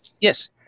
Yes